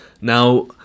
Now